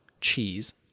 cheese